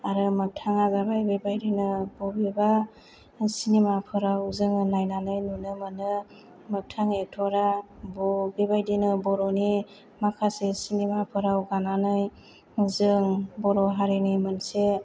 आरो मोखथांआ जाबाय बिबादिनो बबेबा सिनिमा फोराव जोङो नायनानै नुनो मोनो मोखथां एकटरा बाे बेबायदिनो बर'नि माखासे सिनिमा फोराव गानानै जों बर' हारिनि मोनसे